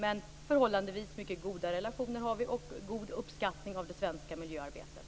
Men vi har förhållandevis mycket goda relationer och har fått god uppskattning för det svenska miljöarbetet.